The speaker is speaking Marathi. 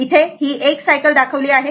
इथे हि 1 सायकल दाखवली आहे